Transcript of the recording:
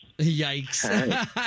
Yikes